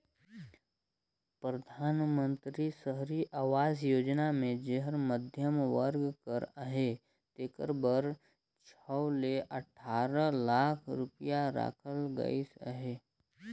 परधानमंतरी सहरी आवास योजना मे जेहर मध्यम वर्ग कर अहे तेकर बर छव ले अठारा लाख रूपिया राखल गइस अहे